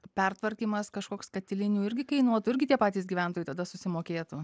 pertvarkymas kažkoks katilinių irgi kainuotų irgi tie patys gyventojai tada susimokėtų